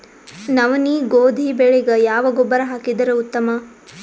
ನವನಿ, ಗೋಧಿ ಬೆಳಿಗ ಯಾವ ಗೊಬ್ಬರ ಹಾಕಿದರ ಉತ್ತಮ?